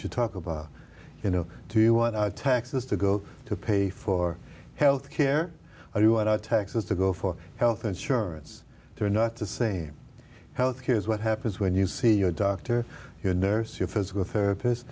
should talk about you know do you want our taxes to go to pay for health care or what are taxes to go for health insurance they're not the same health care is what happens when you see your doctor your nurse your physical therapist